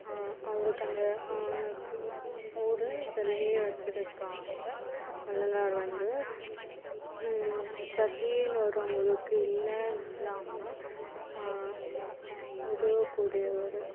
அவருக்கு அந்த கு ஊர்லேயே சிலையே வெச்சுருக்காங்க வள்ளலார் வந்து பசின்னு வரவங்களுக்கு இல்லைன் இல்லாமல் உதவக்கூடியவர்